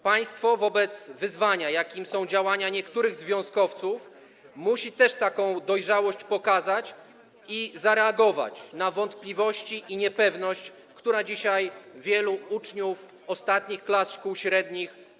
Państwo wobec wyzwania, jakim są działania niektórych związkowców, musi też taką dojrzałość pokazać i zareagować na wątpliwości i niepewność, które dzisiaj dotykają wielu uczniów ostatnich klas szkół średnich.